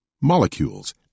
molecules